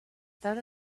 that